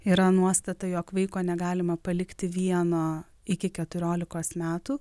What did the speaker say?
yra nuostata jog vaiko negalima palikti vieno iki keturiolikos metų